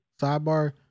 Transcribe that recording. Sidebar